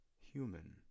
human